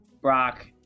Brock